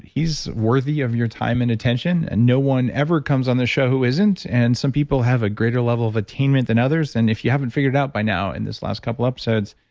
he's worthy of your time and attention. and no one ever comes on the show who isn't and some people have a greater level of attainment than others. and if you haven't figured out by now in this last couple of episodes,